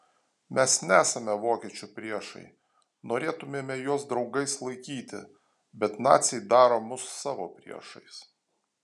mes nesame vokiečių priešai norėtumėme juos draugais laikyti bet naciai daro mus savo priešais